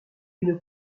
une